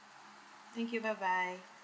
thank you bye bye